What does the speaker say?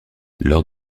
lors